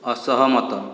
ଅସହମତ